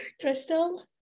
Crystal